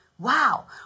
Wow